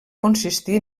consistir